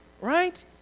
right